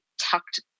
tucked